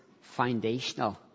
foundational